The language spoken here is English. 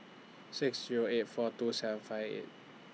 six Zero eight four two seven five eight